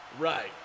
Right